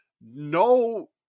No